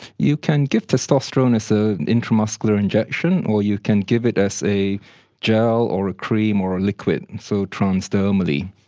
you can give testosterone as an intramuscular injection or you can give it as a gel or a cream or a liquid, and so transdermally.